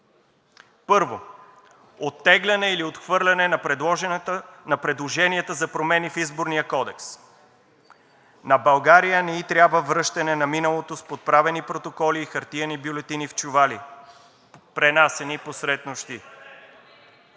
Първо, оттегляне или отхвърляне на предложенията за промени в Изборния кодекс. На България не ѝ трябва връщане на миналото с подправени протоколи и хартиени бюлетини в чували, пренасяни посреднощ.